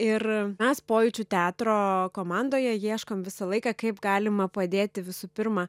ir mes pojūčių teatro komandoje ieškom visą laiką kaip galima padėti visų pirma